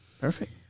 Perfect